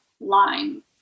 line